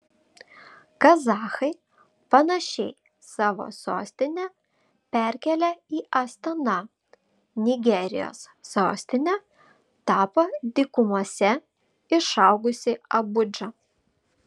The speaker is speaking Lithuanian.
kazachai panašiai savo sostinę perkėlė į astaną nigerijos sostine tapo dykumose išaugusi abudža